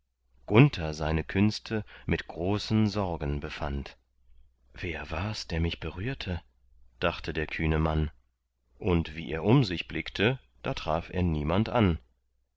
gunther seine künste mit großen sorgen befand wer wars der mich berührte dachte der kühne mann und wie er um sich blickte da traf er niemand an